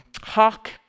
hawk